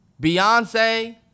Beyonce